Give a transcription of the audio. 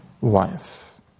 wife